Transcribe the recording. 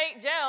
jail